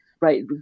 right